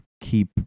keep